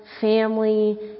family